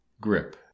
Grip